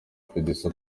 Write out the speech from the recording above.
producer